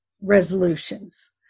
resolutions